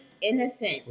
Innocent